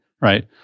right